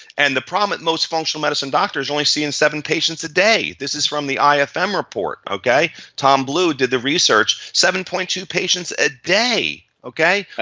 and the problem with most functional medicine doctors only seeing seven patients a day. this is from the ifm report, okay. tom blue did the research, seven point two patients a day, okay.